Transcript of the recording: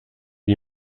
die